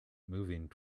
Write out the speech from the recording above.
moving